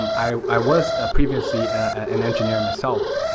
um i i was ah previously an engineer myself.